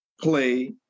play